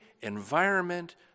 environment